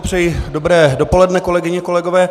Přeji dobré dopoledne kolegyně a kolegové.